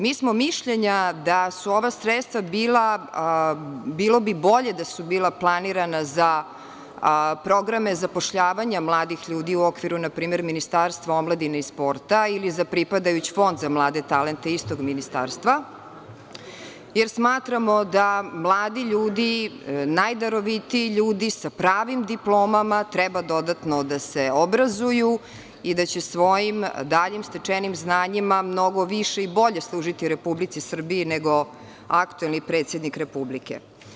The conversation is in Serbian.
Mi smo mišljenja da su ova sredstva, bilo bi bolje da su planirana za programe zapošljavanja mladih ljudi npr. u okviru Ministarstva omladine i sporta ili za pripadajući Fond za mlade talente istog ministarstva, jer smatramo da mladi ljudi, najdarovitiji, sa pravim diplomama treba dodatno da se obrazuju i da će svojim daljim stečenim znanjima mnogo više i bolje služiti Republici Srbiji, nego aktuelni predsednik Republike.